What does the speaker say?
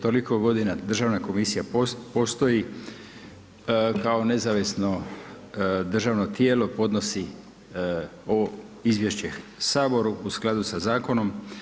Toliko godina Državna komisija postoji kao nezavisno državno tijelo podnosi ovo izvješće Saboru u skladu sa zakonom.